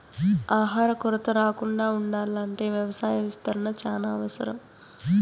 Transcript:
ఆహార కొరత రాకుండా ఉండాల్ల అంటే వ్యవసాయ విస్తరణ చానా అవసరం